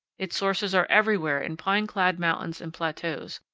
its sources are everywhere in pine-clad mountains and plateaus,